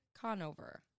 Conover